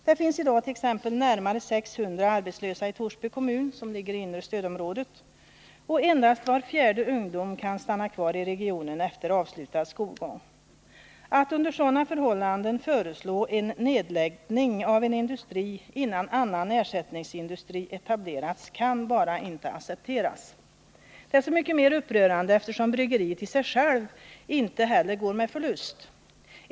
Det finns i dag närmare 600 arbetslösa i Torsby kommun, som ligger i det inre stödområdet, och endast var fjärde av alla ungdomar kan stanna kvar i regionen efter avslutad skolgång. Att man under sådana förhållanden föreslår nedläggning av en industri innan annan ersättningsindustri etablerats kan bara inte accepteras. Detta är så mycket mer upprörande som bryggeriet i sig självt inte heller går med förlust.